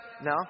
No